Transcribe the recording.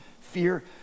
fear